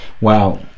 wow